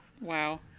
wow